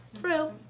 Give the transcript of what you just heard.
True